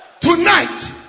tonight